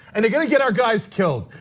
and they're gonna get our guys killed.